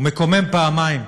הוא מקומם פעמיים: